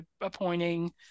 appointing